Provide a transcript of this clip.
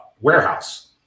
warehouse